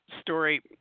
story